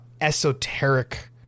esoteric